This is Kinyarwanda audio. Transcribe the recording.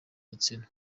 gitsina